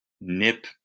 nip